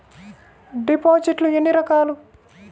డిపాజిట్లు ఎన్ని రకాలు?